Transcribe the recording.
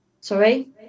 Sorry